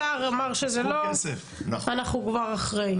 השר אמר שזה לא ואנחנו כבר אחרי.